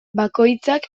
bakoitzak